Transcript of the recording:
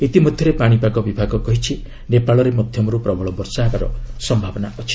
ଇତିମଧ୍ୟରେ ପାଣିପାଗ ବିଭାଗ କହିଛି ନେପାଳରେ ମଧ୍ୟମରୁ ପ୍ରବଳ ବର୍ଷା ହେବା ସମ୍ଭାବନା ରହିଛି